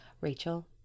rachel